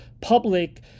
public